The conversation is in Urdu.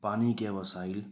پانی کے وسائل